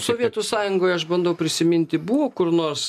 sovietų sąjungoj aš bandau prisiminti buvo kur nors